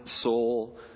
soul